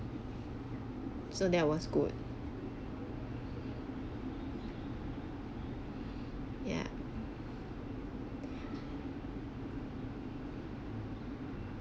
so that was good ya